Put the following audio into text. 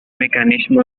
mecanismo